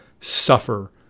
suffer